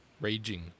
raging